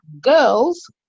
girls